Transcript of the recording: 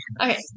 Okay